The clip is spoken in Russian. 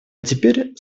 теперь